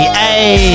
hey